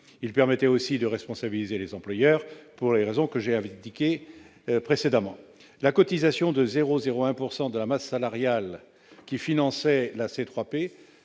Il permettait aussi de responsabiliser les employeurs pour les raisons que j'ai indiquées précédemment. La cotisation de 0,01 % de la masse salariale qui finançait la C3P